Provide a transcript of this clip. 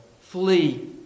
Flee